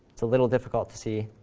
it's a little difficult to see,